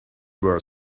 were